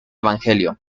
evangelio